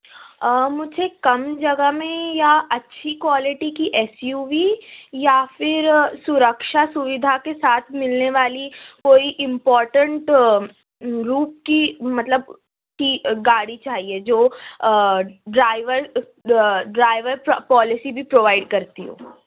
مجھے کم جگہ میں یا اچھی کوالٹی کی ایس یو وی یا پھر سُرکشا سوویدھا کے ساتھ ملنے والی کوئی امپارٹنٹ لوپ کی مطلب کی گاڑی چاہیے جو ڈرائیور ڈرائیور پالیسی بھی پروائڈ کرتی ہو